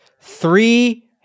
three